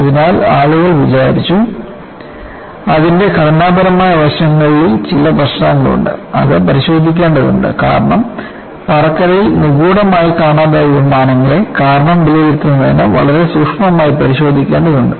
അതിനാൽ ആളുകൾ വിചാരിച്ചു അതിന്റെ ഘടനാപരമായ വശങ്ങളിൽ ചില പ്രശ്നങ്ങളുണ്ട് അത് പരിശോധിക്കേണ്ടതുണ്ട് കാരണം പറക്കലിൽ നിഗൂഢമായി കാണാതായ വിമാനങ്ങളെ കാരണം വിലയിരുത്തുന്നതിന് വളരെ സൂക്ഷ്മമായി പരിശോധിക്കേണ്ടതുണ്ട്